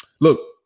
Look